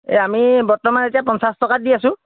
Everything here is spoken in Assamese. এই আমি বৰ্তমান এতিয়া পঞ্চাছ টকাত দি আছোঁ